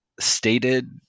stated